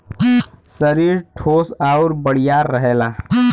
सरीर ठोस आउर बड़ियार रहेला